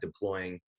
deploying